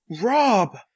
rob